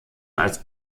als